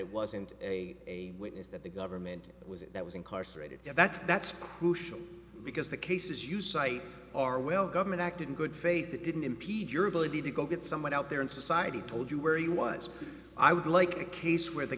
it wasn't a witness that the government was it that was incarcerated that's that's crucial because the cases you cite are well government acted in good faith they didn't impede your ability to go get somebody out there in society told you where he was i would like a case where the